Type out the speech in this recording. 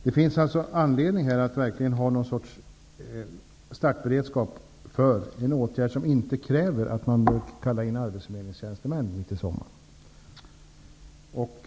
Det finns verkligen anledning att ha någon sorts startberedskap för en åtgärd som inte kräver att man kallar in arbetsförmedlingstjänstemän mitt i sommaren.